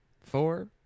four